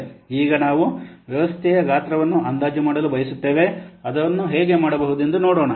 ಈಗ ನಾವು ವ್ಯವಸ್ಥೆಯ ಗಾತ್ರವನ್ನು ಅಂದಾಜು ಮಾಡಲು ಬಯಸುತ್ತೇವೆ ಅದನ್ನು ಹೇಗೆ ಮಾಡಬಹುದೆಂದು ನೋಡೋಣ